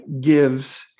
gives